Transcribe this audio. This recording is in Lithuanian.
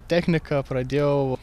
techniką pradėjau